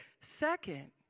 Second